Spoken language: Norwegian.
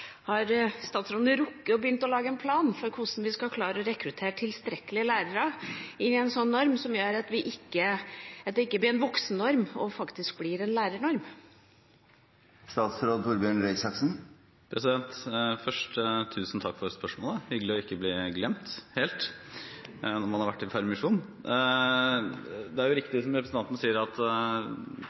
Har statsråden rukket å begynne å lage en plan for hvordan vi skal klare å rekruttere tilstrekkelig med lærere i en sånn norm, som gjør at det ikke blir en «voksennorm», men faktisk blir en lærernorm? Først: Tusen takk for spørsmålet. Det er hyggelig ikke å bli glemt helt når man har vært i permisjon! Det er riktig som representanten sier, at